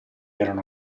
erano